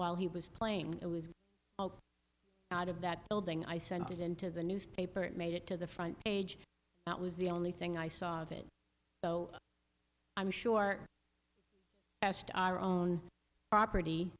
while he was playing it was out of that building i sent it into the newspaper it made it to the front page that was the only thing i saw of it so i'm sure our own property